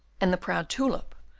and the proud tulip,